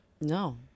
no